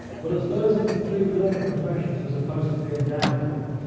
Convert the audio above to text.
but as those of the three learned professions were supposed to be endowed with,